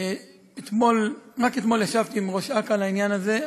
רק אתמול ישבתי עם ראש אכ"א על העניין הזה.